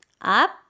Up